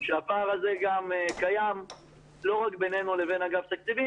שהפער הזה גם קיים לא רק בינינו לבין אגף תקציבים